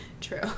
True